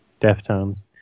Deftones